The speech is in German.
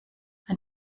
ein